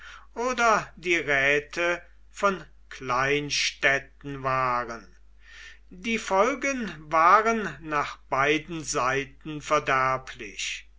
oder die räte von kleinstädten waren die folgen waren nach beiden seiten verderblich